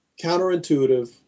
counterintuitive